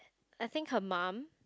I think her mum